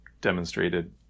demonstrated